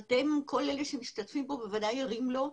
שאתם, כל אלה שמשתתפים פה בוודאי ערים לו,